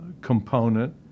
component